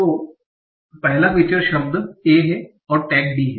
तो पहला फीचर शब्द a है और टैग D है